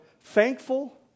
thankful